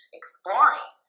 exploring